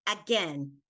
again